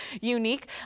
unique